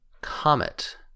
Comet